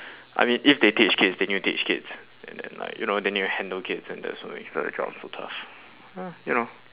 I mean if they teach kids they need to teach kids and then like you know they need to handle kids and that's why it's still the job is so tough you know